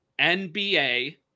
NBA